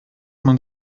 man